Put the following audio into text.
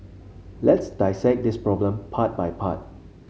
let's dissect this problem part by part